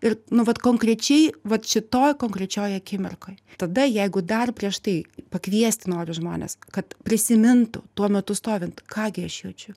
ir nu vat konkrečiai vat šitoj konkrečioj akimirkoj tada jeigu dar prieš tai pakviesti noriu žmones kad prisimintų tuo metu stovint ką gi aš jaučiu